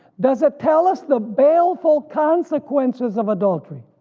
does it tell us the baleful consequences of adultery?